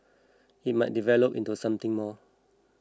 it might develop into something more